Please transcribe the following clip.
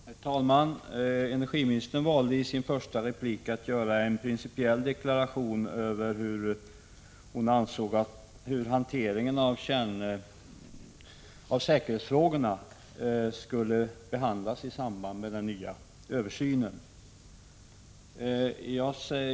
Herr talman! Energiministern valde att i sin första replik göra en principiell deklaration hur hon ansåg att säkerhetsfrågorna skulle behandlas i samband med den nya översynen.